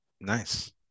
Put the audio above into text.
nice